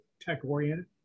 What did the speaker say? tech-oriented